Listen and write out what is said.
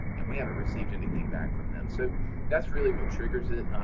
and we haven't received anything back from them. so that's really what triggers it.